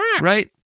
Right